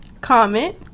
Comment